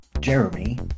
Jeremy